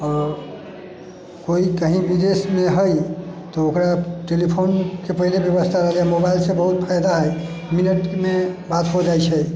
आ कोइ कही विदेश मे हइ त ओकरा टेलिफोन के पहले व्यवस्था होलय मोबाइल से बहुत फायदा है मिनट मे बात हो जाइ छै